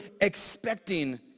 expecting